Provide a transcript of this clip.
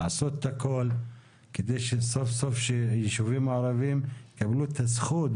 לעשות הכל כדי שסוף סוף הישובים הערביים יקבלו את הזכות.